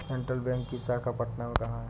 Central bank की शाखा पटना में कहाँ है?